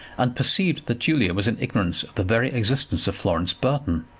and perceived that julia was in ignorance of the very existence of florence burton,